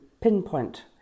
pinpoint